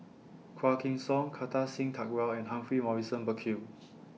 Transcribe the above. Quah Kim Song Kartar Singh Thakral and Humphrey Morrison Burkill